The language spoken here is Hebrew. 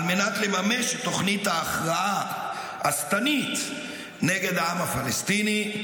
על מנת לממש את תוכנית ההכרעה השטנית נגד העם הפלסטיני,